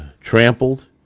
trampled